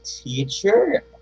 teacher